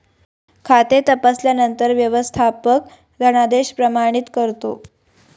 खाते तपासल्यानंतर व्यवस्थापक धनादेश प्रमाणित करतो